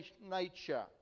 nature